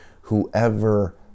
whoever